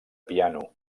piano